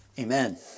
Amen